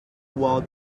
what